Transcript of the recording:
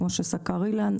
כמו שסקר אילן,